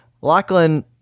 lachlan